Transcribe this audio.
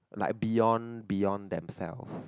like beyond beyond themselves